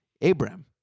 Abraham